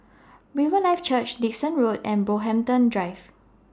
Riverlife Church Dickson Road and Brockhampton Drive